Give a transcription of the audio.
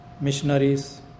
missionaries